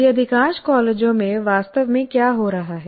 अभी अधिकांश कॉलेजों में वास्तव में क्या हो रहा है